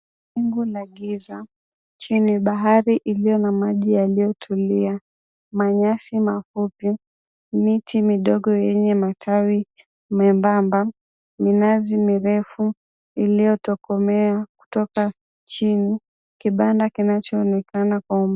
Wingu la giza chini bahari ilio na maji yaliotulia manyasi mafupi miti midogo yenye matawi membamba minazi mirefu iliyotokomea kutoka chini kibanda kinachoonekana kwa umbali.